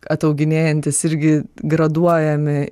atauginėjantys irgi graduojami